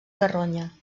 carronya